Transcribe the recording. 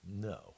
No